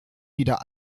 wieder